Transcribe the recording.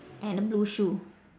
and a blue shoe